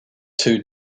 two